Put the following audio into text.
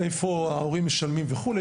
איפה ההורים משלמים וכו'.